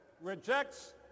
rejects